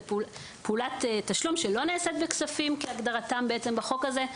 זו פעולת תשלום שלא נעשית בכספים כהגדרתם בחוק הזה.